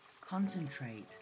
concentrate